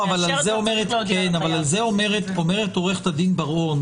על זה אומרת עורכת הדין בר-און